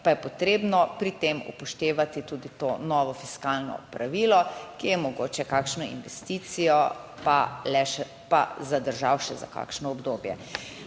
pa je potrebno pri tem upoštevati tudi to novo fiskalno pravilo, ki je mogoče kakšno investicijo pa le zadržalo še za kakšno obdobje.